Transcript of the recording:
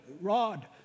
rod